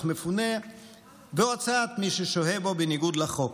המופנה והוצאת מי ששוהה בו בניגוד לחוק,